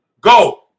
Go